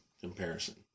comparison